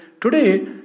today